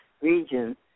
region